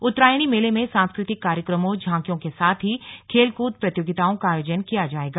उत्तरायणी मेले में सांस्कृ तिक कार्यक्रमों झांकियों के साथ ही खेलकृद प्रतियोगिताओं का आयोजन किया जाएगा